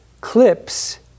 clips